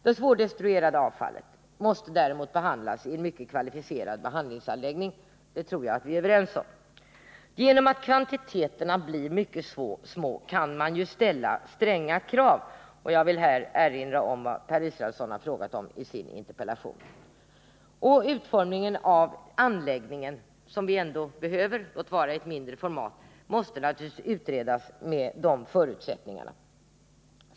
Det svårdestruerade avfallet måste däremot behandlas i en mycket kvalificerad behandlingsanläggning — det tror jag vi är överens om. På grund av att kvantiteterna blir små kan man ställa stränga krav. Jag vill här erinra om vad Per Israelsson har frågat om i sin interpellation. Utformningen av den anläggning som vi ändå behöver — låt vara att den kan bli av mindre format — måste naturligtvis utredas med dessa förutsättningar.